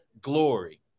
glory